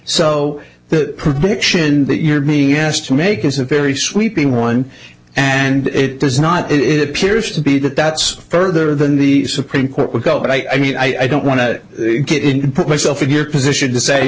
so the prediction that you're being asked to make is a very sweeping one and it does not it appears to be that that's further than the supreme court would go but i mean i don't want to get it put myself in your position to say